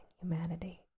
humanity